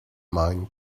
mind